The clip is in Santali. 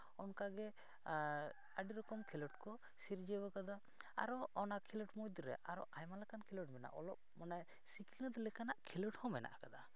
ᱚᱱᱠᱟᱜᱮ ᱟᱹᱰᱤ ᱨᱚᱠᱚᱢ ᱠᱷᱮᱞ ᱠᱚ ᱥᱤᱨᱡᱟᱹᱣ ᱠᱟᱫᱟ ᱟᱨᱚ ᱚᱱᱟ ᱠᱷᱮᱞᱳᱰ ᱢᱩᱫᱽᱨᱮ ᱟᱨᱚ ᱟᱭᱢᱟ ᱞᱮᱠᱟᱱ ᱠᱷᱮᱞᱳᱰ ᱢᱮᱱᱟᱜᱼᱟ ᱚᱞᱚᱜ ᱢᱟᱱᱮ ᱥᱤᱠᱷᱱᱟᱹᱛ ᱞᱮᱠᱟᱱᱟᱜ ᱠᱷᱮᱞᱳᱰ ᱦᱚᱸ ᱢᱮᱱᱟᱜ ᱠᱟᱫᱟ